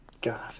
God